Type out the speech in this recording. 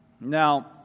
Now